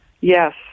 Yes